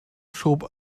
schob